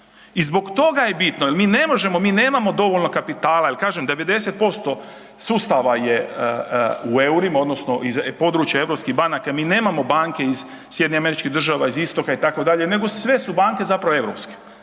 I zbog toga je bitno jel mi ne možemo, mi nemamo dovoljno kapitala jel kažem 90% sustava je u eurima odnosno područje europskih banaka, mi nemamo banke iz SAD nego sve su banke zapravo europske,